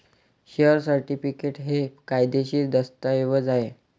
share certificate हे कायदेशीर दस्तऐवज आहे